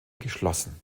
geschlossen